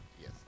Yes